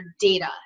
data